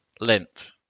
length